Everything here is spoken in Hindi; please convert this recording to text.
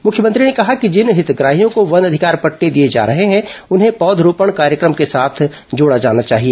मुख्यमंत्री ने कहा कि जिन हितग्राहियों को वन अधिकार पटटे दिए जा रहे हैं उन्हें पौधरोपण कार्यक्रम के साथ जोड़ा जाना चाहिए